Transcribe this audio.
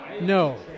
No